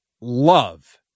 love